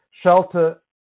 shelter